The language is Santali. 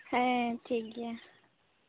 ᱦᱮᱸᱻ ᱴᱷᱤᱠᱜᱮᱭᱟ